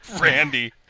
Randy